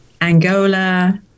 Angola